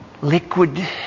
liquid